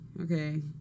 Okay